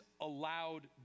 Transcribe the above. allowed